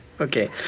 Okay